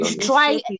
try